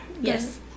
Yes